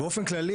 באופן כללי,